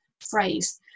phrase